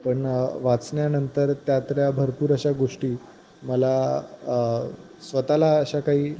पण वाचण्यानंतर त्यातल्या भरपूर अशा गोष्टी मला स्वतःला अशा काही